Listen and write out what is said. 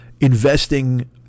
investing